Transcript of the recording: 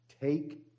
take